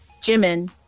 Jimin